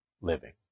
living